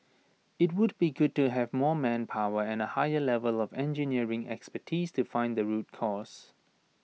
IT would be good to have more manpower and A higher level of engineering expertise to find the root cause